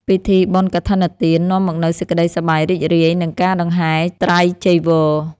ពិធីបុណ្យកឋិនទាន នាំមកនូវសេចក្តីសប្បាយរីករាយ និងការដង្ហែត្រៃចីវរ។